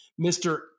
Mr